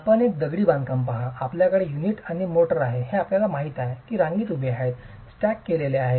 आपण एक दगडी बांधकाम पहा आपल्याकडे युनिट आणि मोर्टार आहे हे आपल्याला माहित आहे की रांगेत उभे आहे स्टॅक केलेले आहे